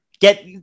get